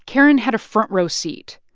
karen had a front-row seat.